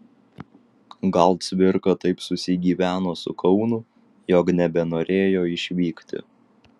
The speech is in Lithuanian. gal cvirka taip susigyveno su kaunu jog nebenorėjo išvykti